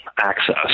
access